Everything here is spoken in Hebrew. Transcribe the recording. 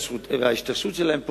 ההשתרשות שלהם פה.